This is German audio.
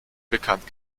bekannt